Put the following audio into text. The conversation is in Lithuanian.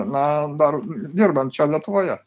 na dar dirbant čia lietuvoje